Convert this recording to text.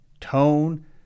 tone